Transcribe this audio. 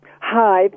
hi